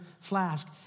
flask